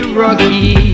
rocky